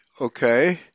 Okay